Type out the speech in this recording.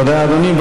תודה, אדוני.